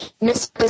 Miss